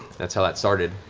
that's how that started.